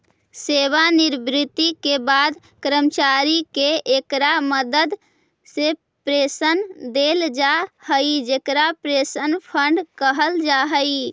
सेवानिवृत्ति के बाद कर्मचारि के इकरा मदद से पेंशन देल जा हई जेकरा पेंशन फंड कहल जा हई